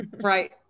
Right